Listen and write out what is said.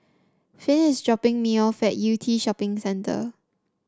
Finn is dropping me off at Yew Tee Shopping Centre